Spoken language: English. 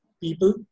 people